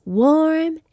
warm